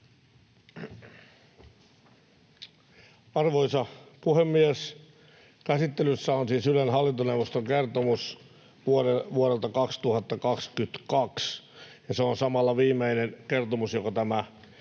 Arvoisa puhemies! Käsittelyssä on siis Ylen hallintoneuvoston kertomus vuodelta 2022. Se on samalla viimeinen kertomus, jonka tämä